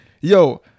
yo